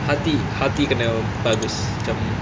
hati-hati kena bagus macam